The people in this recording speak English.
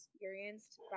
experienced